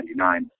1999